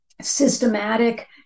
systematic